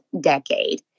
decade